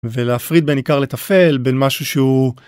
ולהפריד בין עיקר לטפל בין משהו שהוא.